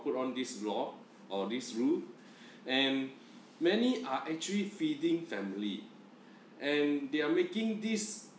put on this block or this rule and many are actually feeding family and they're making this